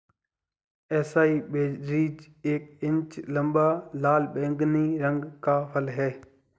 acai berries एक inch लंबा, लाल बैंगनी रंग का फल है